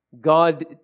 God